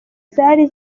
zari